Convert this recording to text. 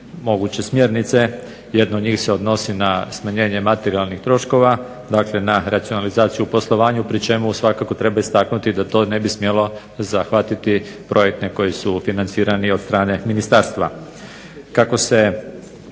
moguće smjernice. Jedna od njih se odnosi na smanjenje materijalnih troškova, dakle na racionalizaciju u poslovanju pri čemu svakako treba istaknuti da to ne bi smjelo zahvatiti projekte koji su financirani od strane ministarstva. Kako se